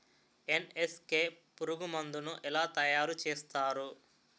NSK పురుగు మందు ను ఎలా తయారు చేస్తారు?